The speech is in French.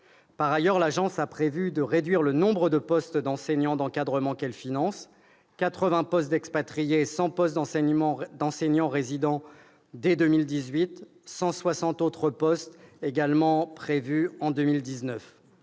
Par ailleurs, l'Agence a prévu de réduire le nombre de postes d'enseignants d'encadrement qu'elle finance : 80 postes d'expatriés et 100 postes d'enseignants résidents dès 2018 ; 160 autres postes pourraient disparaître aussi en 2019.